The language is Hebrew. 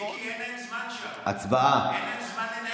פ/1700/25,